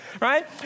right